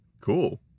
cool